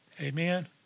Amen